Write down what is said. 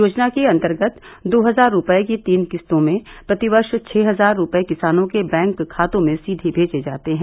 योजना के अन्तर्गत दो हजार रूपये की तीन किस्तों में प्रतिवर्ष छह हजार रूपये किसानों के बैंक खातों में सीधे भेजे जाते हैं